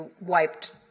wiped